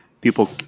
people